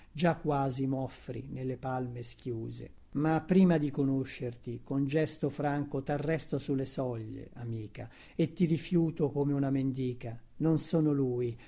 già quasi moffri nelle palme schiuse ma prima di conoscerti con gesto franco tarresto sulle soglie amica e ti rifiuto come una mendica non sono lui